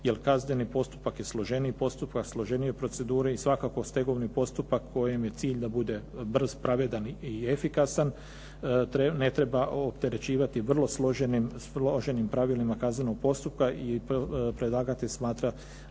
jer kazneni postupak je složeniji postupak složenije procedure i svakako stegovni postupak kojem je cilj da bude brz, pravedan i efikasan ne treba opterećivati vrlo složenim pravilima kaznenog postupka i predlagatelj smatra